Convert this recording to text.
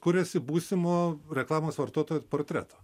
kuriasi būsimo reklamos vartotojo portretą